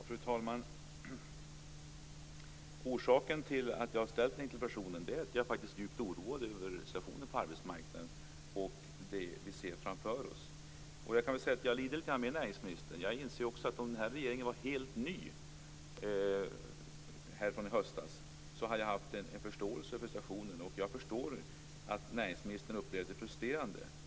Fru talman! Orsaken till att jag ställde interpellationen är att jag faktiskt är djupt oroad över situationen på arbetsmarknaden och det som vi ser framför oss. Jag kan säga att jag lider lite grand med näringsministern. Om den här regeringen hade varit helt ny från i höstas, hade jag haft en förståelse för situationen. Och jag förstår att näringsministern upplever det som frustrerande.